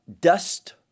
dust